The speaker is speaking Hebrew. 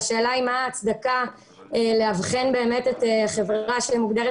והשאלה היא מה ההצדקה לאבחן חברה שמוגדרת